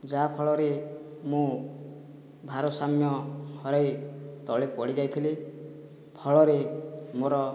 ଯାହାଫଳରେ ମୁଁ ଭାରସାମ୍ୟ ହରାଇ ତଳେ ପଡ଼ିଯାଇଥିଲି ଫଳରେ ମୋର